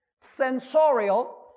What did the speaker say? sensorial